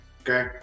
okay